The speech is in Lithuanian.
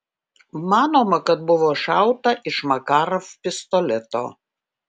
manoma kad buvo šauta iš makarov pistoleto